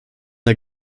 der